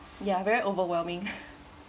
ya very overwhelming